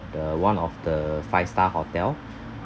the one of the five star hotel